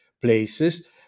places